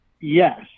Yes